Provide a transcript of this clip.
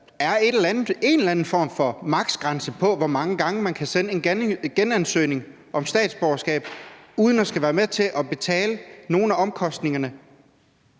der er en eller anden form for maks.-grænse for, hvor mange gange man kan sende en genansøgning om statsborgerskab uden at skulle være med til at betale nogle af omkostningerne?